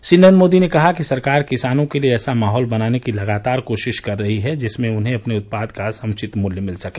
श्री नरेन्द्र मोदी ने कहा कि सरकार किसानों के लिए ऐसा माहौल बनाने की लगातार कोशिश कर रही है जिसमें उन्हें अपने उत्पाद का समुचित मूल्य मिल सके